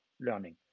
learning